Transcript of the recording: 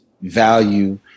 value